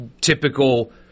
typical